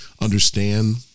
understand